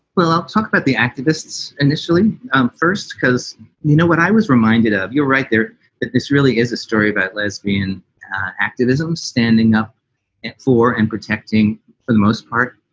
well, i'll talk about the activists initially um first, because you know what i was reminded of? you're right there that this really is a story about lesbian activism, standing up for and protecting, for the most part,